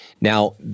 Now